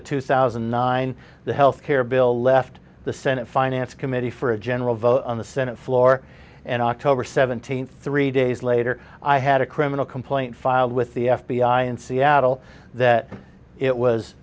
two thousand and nine the health care bill left the senate finance committee for a general vote on the senate floor and october seventeenth three days later i had a criminal complaint filed with the f b i in seattle that it was